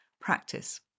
practice